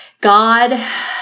God